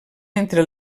entre